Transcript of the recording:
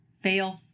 fail